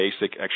basic